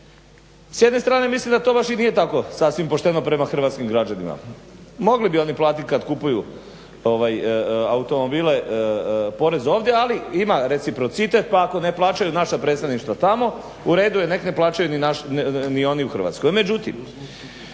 S jedne strane mislim da to nije tako pošteno prema hrvatskim građanima, mogli bi oni platiti kad kupuju automobile porez ovdje ali ima reciprocitet pa ako ne plaćaju naša predstavništva tamo u redu je nek ne plaćaju ni oni u Hrvatskoj.